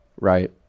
right